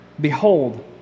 Behold